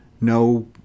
no